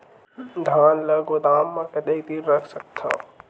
धान ल गोदाम म कतेक दिन रख सकथव?